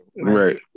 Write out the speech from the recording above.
Right